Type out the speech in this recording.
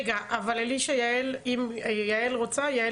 רגע, אבל אלישע אם יעל רוצה יעל